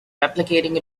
replicating